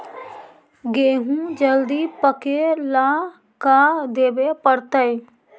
गेहूं जल्दी पके ल का देबे पड़तै?